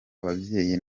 ababyeyi